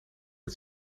dit